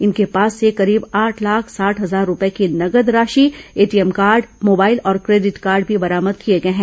इनके पास से करीब आठ लाख साठ हजार रूपये की नगद राशि एटीएम कार्ड मोबाइल और क्रेडिट कार्ड भी बरामद किए गए हैं